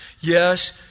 Yes